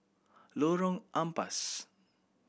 Lorong Ampas